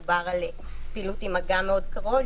מדובר על פעילות עם מגע מאוד קרוב,